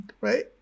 Right